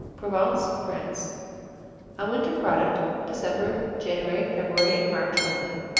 provence, france a winter product, december, january, february and march only.